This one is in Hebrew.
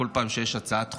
בכל פעם שיש הצעת חוק,